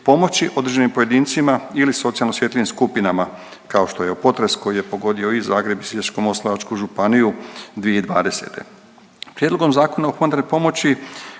pomoći određenim pojedincima ili socijalno osjetljivim skupinama kao što je potres koji je pogodio i Zagreb i Sisačko-moslavačku županiju 2020.. Prijedlogom Zakona o humanitarnoj pomoći